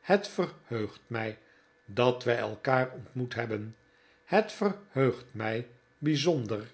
het verheugt mij dat wij elkaar ontmoet hebben het verheugt mij bijzonder